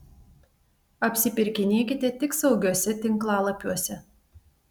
apsipirkinėkite tik saugiuose tinklalapiuose